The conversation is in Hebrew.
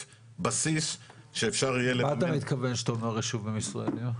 בסיס שאפשר יהיה --- למה אתה מתכוון כשאתה אומר ישובים ישראלים?